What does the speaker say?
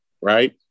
right